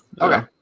Okay